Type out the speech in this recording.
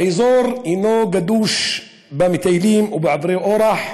האזור גדוש במטיילים ובעוברי אורח,